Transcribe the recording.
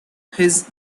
his